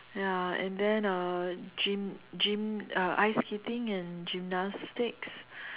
ya and then uh gym gym uh ice skating and gymnastics